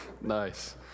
Nice